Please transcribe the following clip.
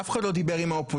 אף אחד לא דיבר עם האופוזיציה,